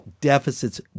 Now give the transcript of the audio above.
deficits